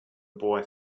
boy